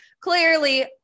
clearly